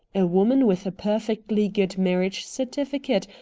a woman with a perfectly good marriage certificate,